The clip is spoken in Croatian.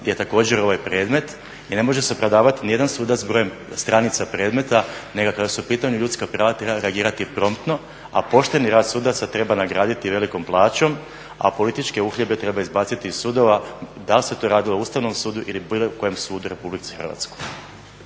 je također ovaj predmet i ne može se prodavati nijedan sudac s brojem stranica predmeta nego kada su u pitanju ljudska prava treba reagirati promptno, a pošteni rad sudaca treba nagraditi velikom plaću, a političke uhljebe treba izbaciti iz sudova, da li se to radilo o Ustavnom sudu ili bilo kojem sudu RH. **Leko,